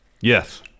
Yes